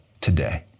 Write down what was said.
today